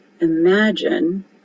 imagine